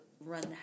run